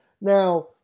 Now